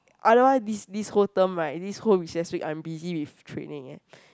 otherwise this this whole term right this whole recess week I'm busy with training eh